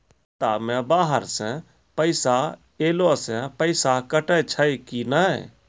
खाता मे बाहर से पैसा ऐलो से पैसा कटै छै कि नै?